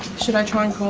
should i try and